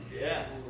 Yes